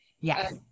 Yes